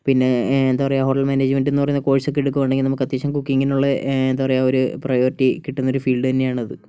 പിന്നെ എന്താ പറയുക ഹോട്ടൽ മാനേജ്മെൻറ് എന്ന് പറയുന്ന കോഴ്സ് ഒക്കെ എടുക്കുവാണെങ്കിൽ നമുക്ക് അത്യാവശ്യം കുക്കിങ്ങിനുള്ള എന്താ പറയുക ഒരു പ്രയോർട്ടി കിട്ടുന്നൊരു ഫീൽഡ് തന്നെ ആണത്